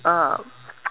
uh